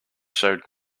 showed